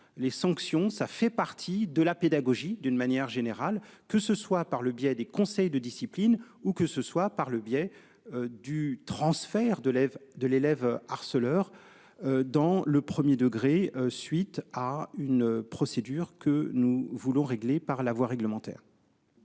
les sanctions, ça fait partie de la pédagogie d'une manière générale, que ce soit par le biais des conseils de discipline où que ce soit par le biais. Du transfert de lève de l'élève harceleur. Dans le 1er degré suite à une procédure que nous voulons régler par la voie réglementaire.